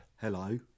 Hello